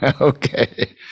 Okay